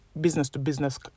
business-to-business